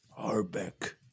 Harbeck